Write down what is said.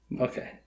Okay